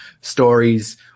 stories